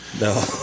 No